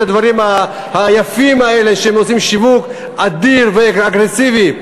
הדברים היפים האלה שעושים להם שיווק אדיר ואגרסיבי.